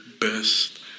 best